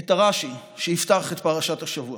את הרש"י שיפתח את פרשת השבוע.